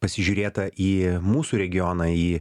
pasižiūrėta į mūsų regioną į